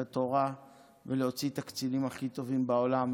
התורה ולהוציא את הקצינים הכי טובים בעולם,